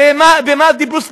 במה דיברו,